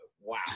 wow